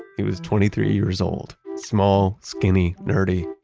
he was twenty three years old, small, skinny, nerdy,